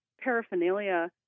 paraphernalia